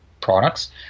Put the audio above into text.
products